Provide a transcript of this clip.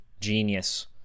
genius